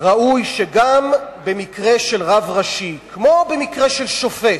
ראוי שגם במקרה של רב ראשי, כמו במקרה של שופט,